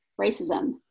racism